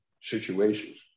situations